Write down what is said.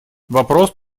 вопрос